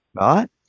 Right